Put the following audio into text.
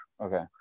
okay